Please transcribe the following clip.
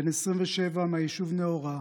בן 27 מהיישוב נהורה,